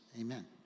Amen